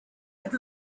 had